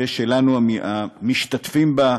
ושלנו, המשתתפים בה,